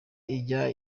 ijya